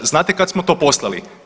Znate kad smo to poslali?